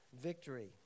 victory